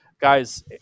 Guys